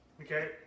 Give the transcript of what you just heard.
okay